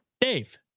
Dave